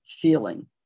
feeling